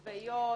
צבאיות,